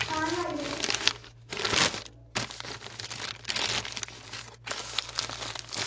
हां लाई ओड़